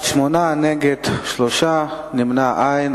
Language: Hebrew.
בעד, 8, נגד, 3, נמנעים אין.